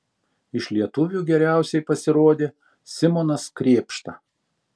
iš lietuvių geriausiai pasirodė simonas krėpšta